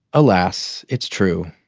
alas, it's true.